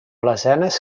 lesenes